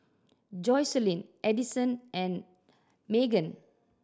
Joycelyn Edison and Magan